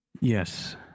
Yes